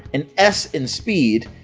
an s in speed,